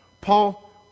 Paul